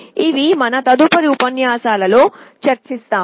ఇవి మన తదుపరి ఉపన్యాసాలలో చర్చిస్తాము